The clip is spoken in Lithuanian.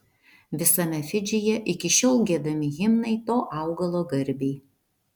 visame fidžyje iki šiol giedami himnai to augalo garbei